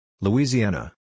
Louisiana